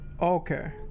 Okay